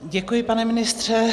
Děkuji, pane ministře.